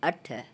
अठ